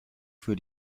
für